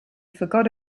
forgot